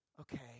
okay